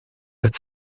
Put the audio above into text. het